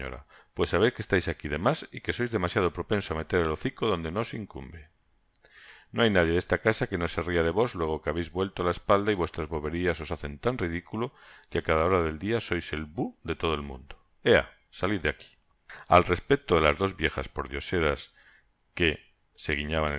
señorapues sabed que estais aqui de mas y que sois demasiado propenso á meter el hocico donde no os incumbe no hay nadie de esta casa que no se ria de vos luego que habeis vuelto la espalda y vuestras boberias os hacen tan ridiculo que á cada hora del dia sois el bú de todo el mundo ea salid de aqui al aspecto de las dos viejas pordioseras que